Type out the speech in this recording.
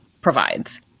provides